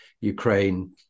Ukraine